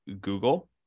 Google